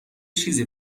چیزی